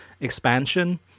expansion